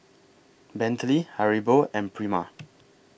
Bentley Haribo and Prima